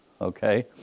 okay